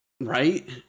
Right